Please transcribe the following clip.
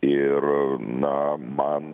ir na man